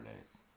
days